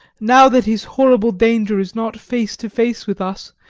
now that his horrible danger is not face to face with us,